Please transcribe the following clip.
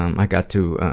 um i got to